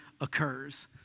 occurs